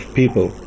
people